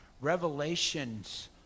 revelations